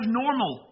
normal